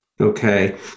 Okay